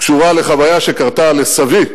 קשורה לחוויה שקרתה לסבי,